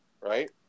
right